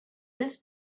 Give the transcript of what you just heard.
this